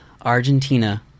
Argentina